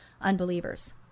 unbelievers